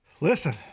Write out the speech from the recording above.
Listen